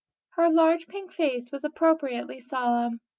her large pink face was appropriately solemn,